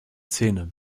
zähne